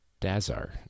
Dazar